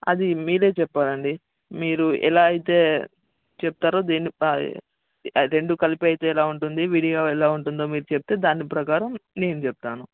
అది మీరే చెప్పాలండి మీరు ఎలా అయితే చెప్తారో దీన్ని రెండు కలిపితే ఎలా ఉంటుంది విడిగా ఎలా ఉంటుందో మీరు చెప్తే దాని ప్రకారం నేను చెప్తాను